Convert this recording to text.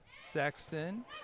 Sexton